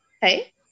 Hey